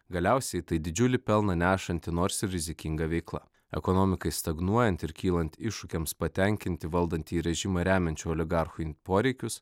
galiausiai tai didžiulį pelną nešanti nors ir rizikinga veikla ekonomikai stagnuojant ir kylant iššūkiams patenkinti valdantįjį režimą remiančių oligarchų poreikius